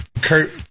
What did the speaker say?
Kurt